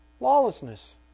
lawlessness